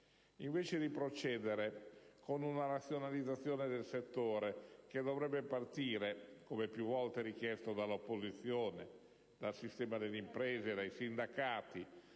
Non si procede con una razionalizzazione del settore che dovrebbe partire, come più volte richiesto dall'opposizione, dal sistema delle imprese e dai sindacati,